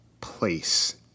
place